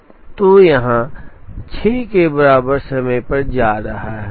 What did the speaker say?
2 यहाँ 6 के बराबर समय पर आ रहा है